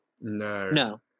No